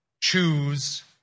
choose